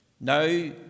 Now